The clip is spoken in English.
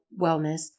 wellness